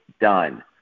done